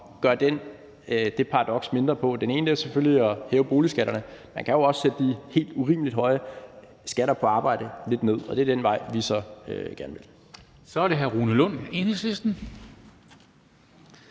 gøre det paradoks mindre på, og den ene er selvfølgelig at hæve boligskatterne, men man kan jo også sætte de helt urimeligt høje skatter på arbejde lidt ned, og det er den vej, vi så gerne vil gå. Kl. 14:43 Formanden